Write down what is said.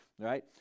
right